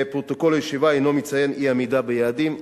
ופרוטוקול הישיבה אינו מציין אי-עמידה ביעדים.